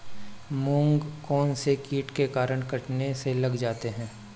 मूंग कौनसे कीट के कारण कटने लग जाते हैं?